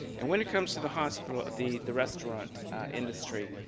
and when it comes to the hospital the the restaurant industry,